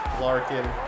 larkin